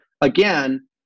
again